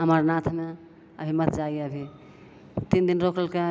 अमरनाथमे अभी मत जाइये अभी तीन दिन रोकलकै